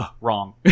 wrong